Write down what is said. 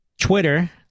Twitter